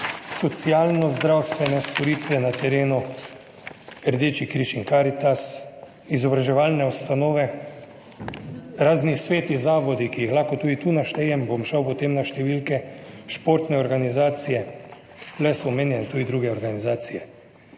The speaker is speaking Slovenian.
socialno zdravstvene storitve na terenu, Rdeči križ in Karitas, izobraževalne ustanove, razni sveti, zavodi, ki jih lahko tudi tu naštejem, bom šel potem na številke športne organizacije, bile so omenjene tudi druge organizacije.